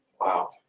Wow